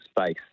space